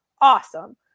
awesome